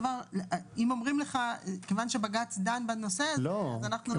אומרים לך שמכיוון שבג"ץ דן בנושא אז הם לא דנים.